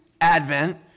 Advent